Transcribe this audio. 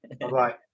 Bye-bye